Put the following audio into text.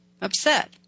upset